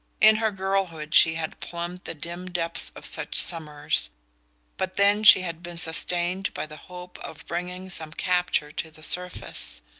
in her girlhood she had plumbed the dim depths of such summers but then she had been sustained by the hope of bringing some capture to the surface.